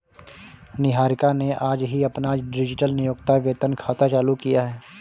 निहारिका ने आज ही अपना डिजिटल नियोक्ता वेतन खाता चालू किया है